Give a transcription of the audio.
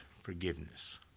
forgiveness